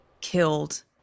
killed